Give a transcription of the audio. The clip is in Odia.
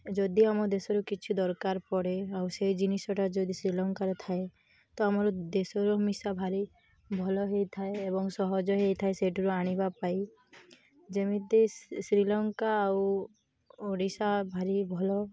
ଯଦି ଆମ ଦେଶରୁ କିଛି ଦରକାର ପଡ଼େ ଆଉ ସେଇ ଜିନିଷଟା ଯଦି ଶ୍ରୀଲଙ୍କାରେ ଥାଏ ତ ଆମର ଦେଶର ମିିଶା ଭାରି ଭଲ ହେଇଥାଏ ଏବଂ ସହଜ ହେଇଥାଏ ସେଇଠାରୁ ଆଣିବା ପାଇଁ ଯେମିତି ଶ୍ରୀଲଙ୍କା ଆଉ ଓଡ଼ିଶା ଭାରି ଭଲ